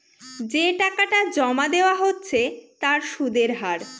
যে টাকাটা জমা দেওয়া হচ্ছে তার সুদের হার